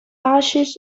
ashes